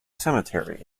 cemetery